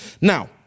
now